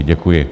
Děkuji.